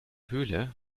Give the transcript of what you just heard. höhle